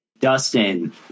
Dustin